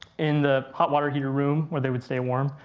in the hot water heater room, where they would stay warm.